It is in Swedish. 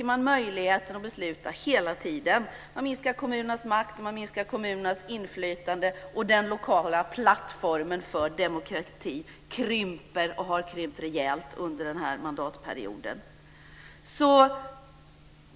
Man minskar kommunernas makt och inflytande, och den lokala plattformen för demokrati krymper och har krympt rejält under den här mandatperioden.